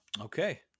Okay